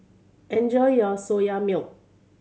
enjoy your Soya Milk